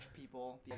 people